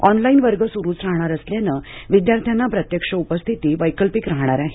online वर्ग सुरूच राहणार असल्यामुळे विद्यार्थ्याना प्रत्यक्ष उपस्थिती वैकल्पिक राहणार आहे